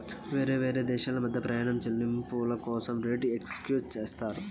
వేరే దేశాల మధ్య ప్రయాణం చెల్లింపుల కోసం రేట్ ఎక్స్చేంజ్ చేస్తారు